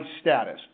status